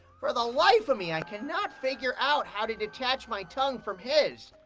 for the life of me, i cannot figure out how to detach my tongue from his.